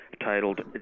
titled